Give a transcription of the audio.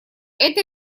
это